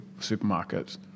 supermarkets